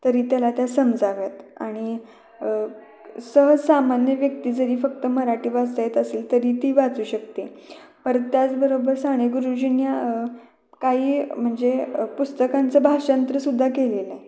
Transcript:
तरी त्याला त्या समजाव्यात आणि सहज सामान्य व्यक्ती जरी फक्त मराठी भाषा येत असेल तरी ती वाचू शकते परत त्याचबरोबर साने गुरुजींनी काही म्हणजे पुस्तकांचं भाषांतरसुद्धा केलेलं आहे